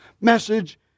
message